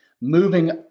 moving